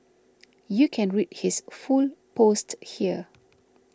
you can read his full post here